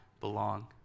belong